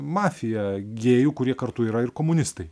mafija gėjų kurie kartu yra ir komunistai